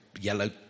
yellow